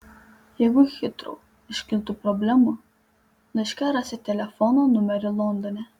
jeigu hitrou iškiltų problemų laiške rasit telefono numerį londone